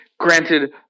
Granted